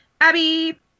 Abby